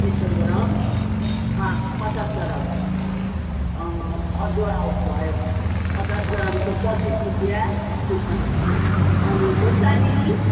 एक सौ ग्राम अँ पचास ग्राम अदुवा भयो पचास ग्रामको पच्चिस रुपियाँ अनि खोर्सानी